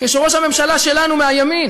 כשראש הממשלה שלנו מהימין